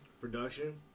Production